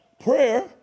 Prayer